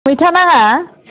मैथा नाङा